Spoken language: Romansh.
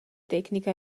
tecnica